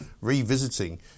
revisiting